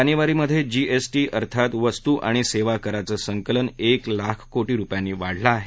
जानेवारीमध्ये जीएसटी अर्थात वस्तू आणि सेवा कराचं संकलन एक लाख कोटी रुपयांनी वाढलं आहे